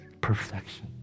perfection